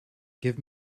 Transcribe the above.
give